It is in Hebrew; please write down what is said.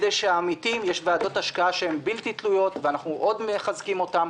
יש ועדות השקעה שהן בלתי תלויות ואנחנו עוד מחזקים אותם